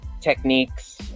techniques